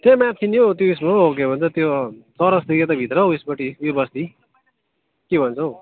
त्यहाँ माथि नि हो त्यो उसमा हो के भन्छ त्यो चौरस्तादेखि एता भित्र हौ उसपट्टि उयो बस्ती के भन्छ हौ